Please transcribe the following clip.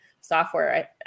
software